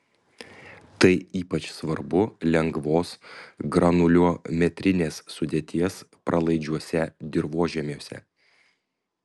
tai ypač svarbu lengvos granuliometrinės sudėties pralaidžiuose dirvožemiuose